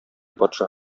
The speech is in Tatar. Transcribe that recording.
патша